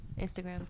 instagram